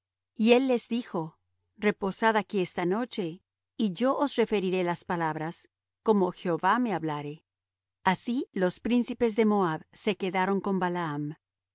y él les dijo reposad aquí esta noche y yo os referiré las palabras como jehová me hablare así los príncipes de moab se quedaron con balaam